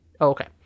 Okay